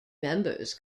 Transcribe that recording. members